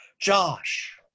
Josh